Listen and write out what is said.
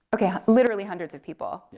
okay, literally hundreds of people.